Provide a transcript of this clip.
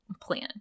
plan